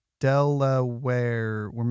Delaware